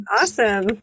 awesome